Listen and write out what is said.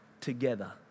together